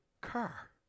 car